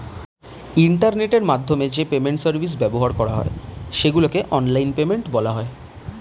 ইন্টারনেটের মাধ্যমে যে পেমেন্ট সার্ভিস ব্যবহার করা হয় সেগুলোকে অনলাইন পেমেন্ট বলা হয়